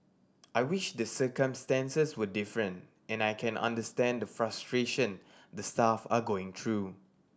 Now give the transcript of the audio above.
I wish the circumstances were different and I can understand the frustration the staff are going through